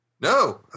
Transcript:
No